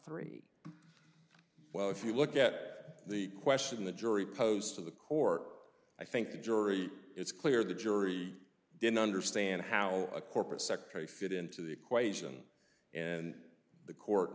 three well if you look at the question the jury posed to the court i think the jury it's clear the jury didn't understand how a corpus secretary fit into the equation and the co